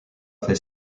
fait